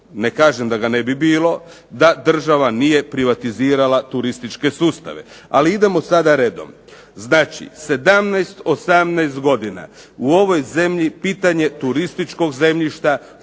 ne kažem da ga ne bi bilo da država nije privatizirala turističke sustave. Ali idemo sada redom. Znači 17, 18 godina u ovoj zemlji pitanje turističkog zemljišta